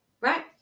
right